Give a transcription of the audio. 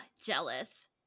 jealous